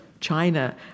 China